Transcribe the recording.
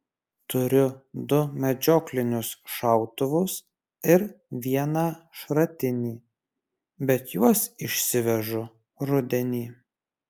turiu du medžioklinius šautuvus ir vieną šratinį bet juos išsivežu rudenį